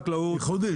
ייחודי,